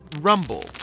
rumble